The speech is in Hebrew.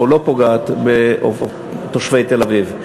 או: לא פוגעת בתושבי תל-אביב.